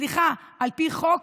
סליחה, על פי חוק